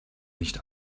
nicht